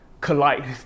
collide